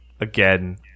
again